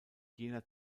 jener